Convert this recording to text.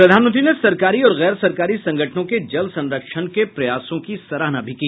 प्रधानमंत्री ने सरकारी और गैर सरकारी संगठनों के जल संरक्षण के प्रयासों की भी सराहना की